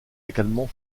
également